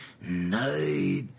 night